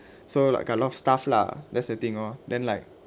so like a lot of stuff lah that's the thing orh then like